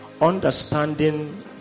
Understanding